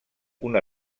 una